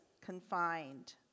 confined